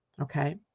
okay